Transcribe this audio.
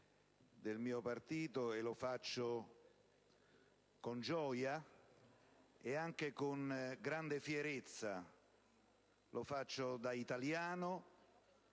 del mio Gruppo. Lo faccio con gioia e con grande fierezza. Lo faccio da italiano,